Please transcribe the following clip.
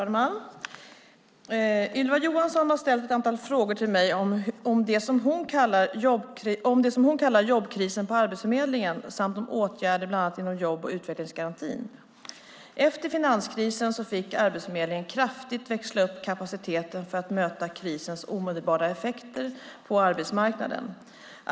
Herr talman! Ylva Johansson har ställt ett antal frågor till mig om det som hon kallar jobbkrisen på Arbetsförmedlingen samt om åtgärder bland annat inom jobb och utvecklingsgarantin. Efter finanskrisen fick Arbetsförmedlingen kraftigt växla upp kapaciteten för att möta krisens omedelbara effekter på arbetsmarknaden.